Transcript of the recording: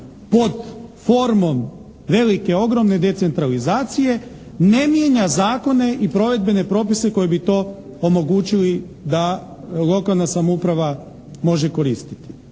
pod formom velike, ogromne decentralizacije ne mijenja zakone i provedbene propise koji bi to omogućili da lokalna samouprava može koristiti.